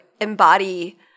embody